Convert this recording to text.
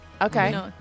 okay